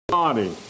body